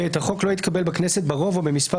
(ב)החוק לא התקבל בכנסת ברוב או במספר